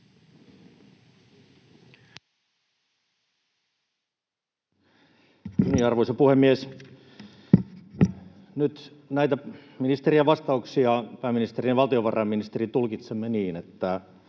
Arvoisa puhemies! Nyt näitä ministerien vastauksia — pääministerin ja valtiovarainministerin — tulkitsemme niin, että